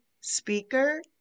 speaker